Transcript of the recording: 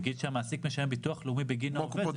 נגיד שהמעסיק משלם ביטוח לאומי בגין העובד,